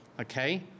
Okay